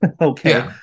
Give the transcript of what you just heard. Okay